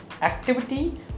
activity